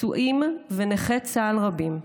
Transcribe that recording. פצועים ונכי צה"ל רבים,